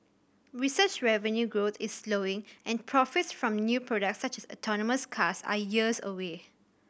research revenue growth is slowing and profits from new products such as autonomous cars are years away